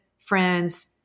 friends